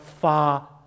far